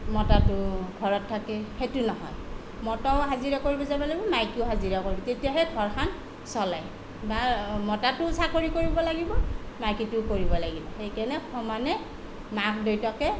মতাটো ঘৰত থাকে সেইটো নহয় মতাও হাজিৰা কৰিব যাব লাগিব মাইকীও হাজিৰা কৰিব তেতিয়াহে ঘৰখন চলে বা মতাটোও চাকৰি কৰিব লাগিব মাইকীটোও কৰিব লাগিব সেইকাৰণে সমানে মাক দেউতাকে